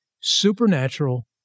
Supernatural